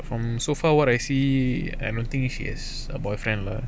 from so far what I see I don't see she has a boyfriend lah